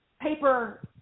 paper